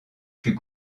fut